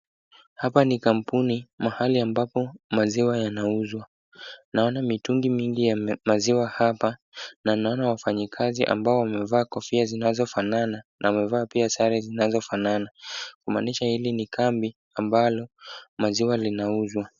Hapa ni kampuni, mahali ambapo maziwa yanauzwa. Naona mitungi mingi ya maziwa hapa na naona wafanyikazi ambao wamevaa kofia ziinazofanana na wamevaa pia sare zinazofanana, kumaanisha hili ni kambi ambalo maziwa linauzwa.